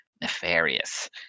nefarious